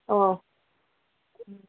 ಹ್ಞೂ